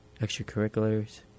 extracurriculars